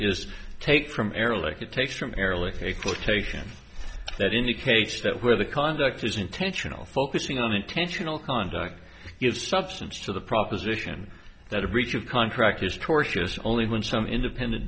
quotation that indicates that where the conduct is intentional focusing on intentional conduct gives substance to the proposition that a breach of contract is tortious only when some independent